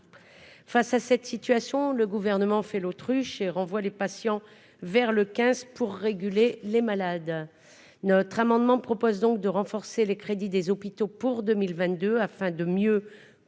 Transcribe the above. Face à cette situation, le Gouvernement fait l'autruche et renvoie les patients vers le 15 pour réguler l'entrée aux urgences des malades. Notre amendement vise donc à renforcer les crédits des hôpitaux pour 2022 afin de mieux